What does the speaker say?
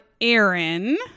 Aaron